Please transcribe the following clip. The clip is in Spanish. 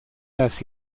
las